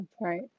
Right